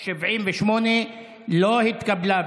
78 לא נתקבלה.